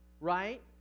right